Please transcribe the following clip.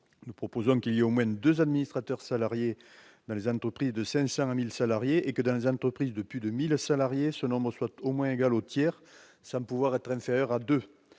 Nous proposons qu'il y ait au moins deux administrateurs salariés dans les entreprises de 500 à 1 000 salariés ; dans les entreprises de plus de 1 000 salariés, ce nombre serait au moins égal au tiers, sans pouvoir être inférieur à